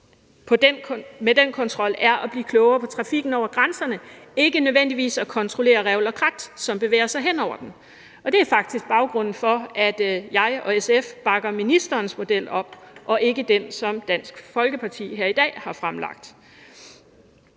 med den kontrol er at blive klogere på trafikken over grænserne, ikke nødvendigvis at kontrollere revl og krat, som bevæger sig hen over den. Det er faktisk baggrunden for, at jeg og SF bakker ministerens model op og ikke den, som Dansk Folkeparti her i dag har fremlagt.